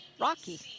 Rocky